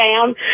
down